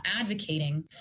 advocating